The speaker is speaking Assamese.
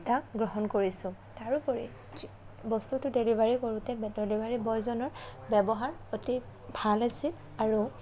সুবিধা গ্ৰহণ কৰিছোঁ তাৰোউপৰি বস্তুটো ডেলিভাৰী কৰোতে ডেলিভাৰী বয়জনৰ ব্যৱহাৰ অতি ভাল আছিল আৰু